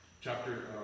Chapter